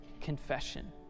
confession